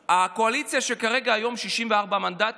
הקואליציה, שכרגע היא 64 מנדטים,